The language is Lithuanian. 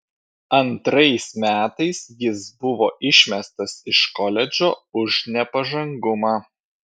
antrais metais jis buvo išmestas iš koledžo už nepažangumą